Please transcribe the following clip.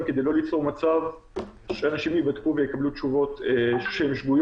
כדי לא ליצור מצב שאנשים ייבדקו ויקבלו תשובות שגויות,